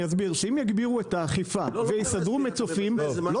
שאם יגבירו את האכיפה ויסדרו מצופים לא